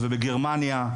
ובגרמניה,